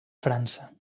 frança